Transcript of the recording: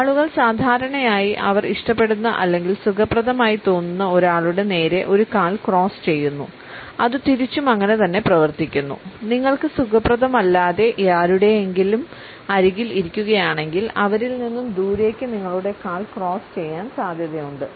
ആളുകൾ സാധാരണയായി അവർ ഇഷ്ടപ്പെടുന്ന അല്ലെങ്കിൽ സുഖപ്രദമായി തോന്നുന്ന ഒരാളുടെ നേരെ ഒരു കാൽ ക്രോസ് ചെയ്യുന്നു അതു തിരിച്ചും അങ്ങനെ തന്നെ പ്രവർത്തിക്കുന്നു നിങ്ങൾക്ക് സുഖപ്രദമല്ലാത്ത ആരുടെയെങ്കിലും അരികിൽ ഇരിക്കുകയാണെങ്കിൽ അവരിൽ നിന്ന് ദൂരേക്ക് നിങ്ങളുടെ കാല് ക്രോസ് ചെയ്യാൻ സാധ്യതയുണ്ട്